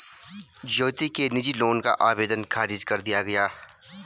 ज्योति के निजी लोन का आवेदन ख़ारिज कर दिया गया